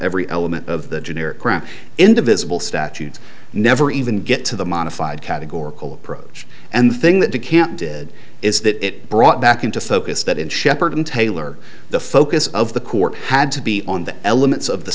every element of the generic ground indivisible statutes never even get to the modified categorical approach and the thing that you can't did is that it brought back into focus that in shepparton taylor the focus of the court had to be on the elements of the